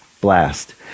Blast